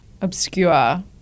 obscure